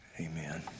amen